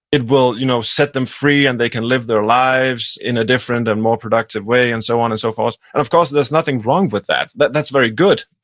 it will you know set them free, and they can live their lives in a different and more productive way, and so on and so forth. of course there's nothing wrong with that that that's very good,